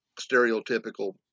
stereotypical